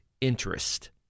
interest